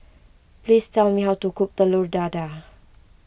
please tell me how to cook Telur Dadah